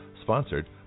sponsored